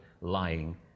lying